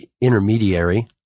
intermediary